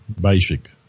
basic